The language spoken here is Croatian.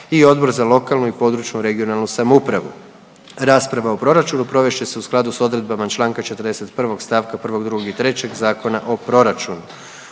i Odbor za lokalnu i područnu (regionalnu) samoupravu. Rasprava o proračunu provest će se u skladu sa odredbama članka 41. stavka 1., 2. i 3. Zakona o proračunu.